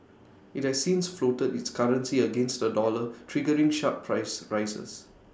IT has since floated its currency against the dollar triggering sharp price rises